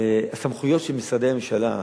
הסמכויות של משרדי הממשלה,